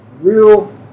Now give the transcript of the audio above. real